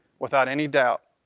without any doubt,